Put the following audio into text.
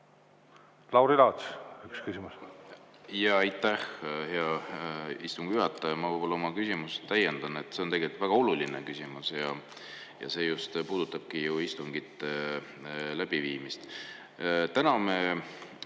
Lauri Laats, üks küsimus.